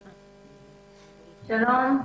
שלום.